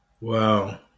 Wow